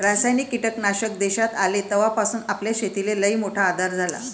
रासायनिक कीटकनाशक देशात आले तवापासून आपल्या शेतीले लईमोठा आधार झाला